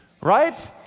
Right